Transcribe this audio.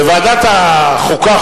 וועדת החוקה,